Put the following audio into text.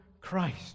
Christ